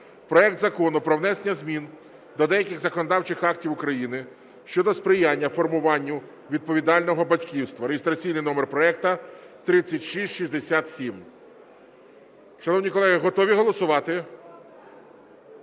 проект Закону про внесення змін до деяких законодавчих актів України щодо сприяння формуванню відповідального батьківства (реєстраційний номер проекту 3667). Шановні колеги, готові голосувати?